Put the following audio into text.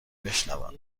بشنوم